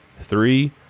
three